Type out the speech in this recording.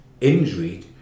injury